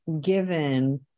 given